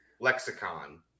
lexicon